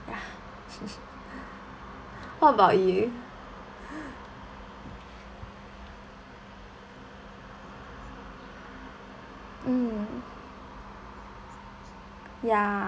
ya what about you mm ya